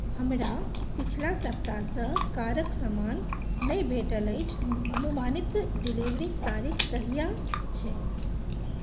हमरा पिछला सप्ताहसँ कारक समान नहि भेटल अछि अनुमानित डिलीवरीक तारीख कहिया छै